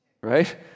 right